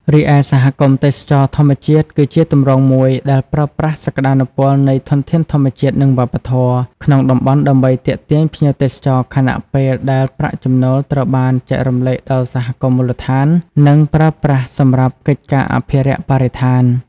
រីឯសហគមន៍ទេសចរណ៍ធម្មជាតិ គឺជាទម្រង់មួយដែលប្រើប្រាស់សក្ដានុពលនៃ ធនធានធម្មជាតិ និង វប្បធម៌ ក្នុងតំបន់ដើម្បីទាក់ទាញភ្ញៀវទេសចរ ខណៈពេលដែលប្រាក់ចំណូលត្រូវបានចែករំលែកដល់សហគមន៍មូលដ្ឋាន និងប្រើប្រាស់សម្រាប់កិច្ចការអភិរក្សបរិស្ថាន។